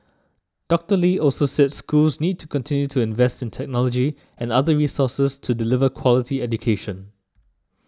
Doctor Lee also said schools need to continue to invest in technology and other resources to deliver quality education